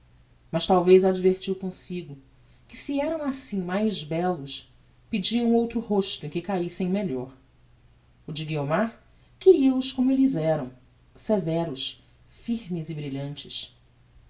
mas talvez advertiu comsigo que se eram assim mais bellos pediam outro rosto em que caissem melhor o de guiomar queria os como elles eram severos firmes e brilhantes